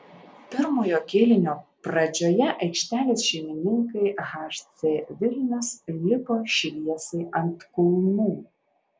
pirmojo kėlinio pradžioje aikštelės šeimininkai hc vilnius lipo šviesai ant kulnų